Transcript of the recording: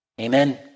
Amen